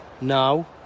now